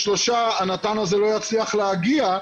או שלושה הנט"ן הזה לא יצליח להגיע,